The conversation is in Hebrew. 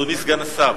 אדוני סגן השר,